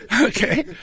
Okay